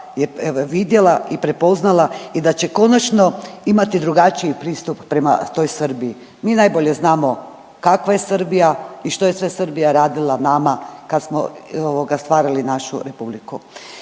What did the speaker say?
vidjela i prepoznala i da će konačno imati drugačiji pristup prema toj Srbiji. Mi najbolje znamo kakva je Srbija i što je sve Srbija radila nama kad smo stvarali našu Republiku.